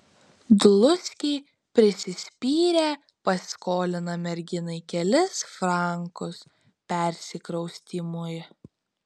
dluskiai prisispyrę paskolina merginai kelis frankus persikraustymui